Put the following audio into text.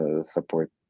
support